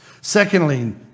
Secondly